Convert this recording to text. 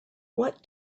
what